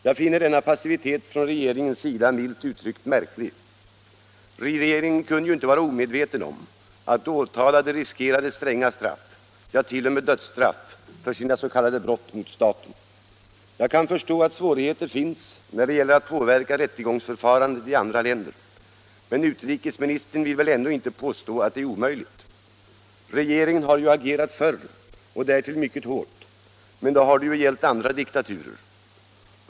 Jag finner denna passivitet från regeringens sida milt uttryckt märklig. Regeringen kunde ju inte vara omedveten om att de åtalade riskerade stränga straff — t.o.m. dödsstraff — för sina s.k. brott mot staten. Jag kan förstå att svårigheter finns när det gäller att påverka rättegångsförfarandet i andra länder, men utrikesministern vill väl ändå inte påstå att det är omöjligt? Regeringen har ju agerat förr och därtill mycket hårt, men då har det gällt andra diktaturer.